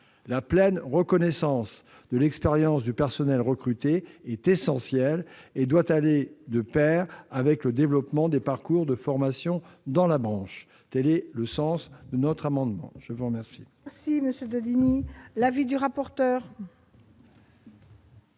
La pleine reconnaissance de l'expérience du personnel recruté est essentielle. Elle doit aller de pair avec le développement des parcours de formation dans la branche. Tel est le sens de notre amendement. Quel est l'avis de la